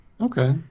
Okay